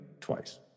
twice